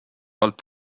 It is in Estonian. poolt